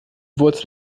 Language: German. wurzel